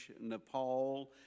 Nepal